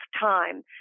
time